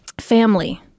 family